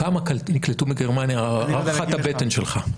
כמה נקלטו בגרמניה, הערכת הבטן שלך?